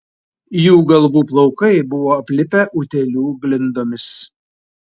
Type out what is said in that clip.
jų galvų plaukai buvo aplipę utėlių glindomis